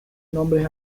nombres